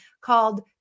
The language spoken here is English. called